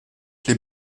les